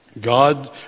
God